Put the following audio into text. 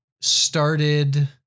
started